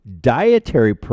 dietary